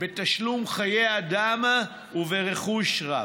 בחיי אדם וברכוש רב.